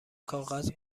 کاغذ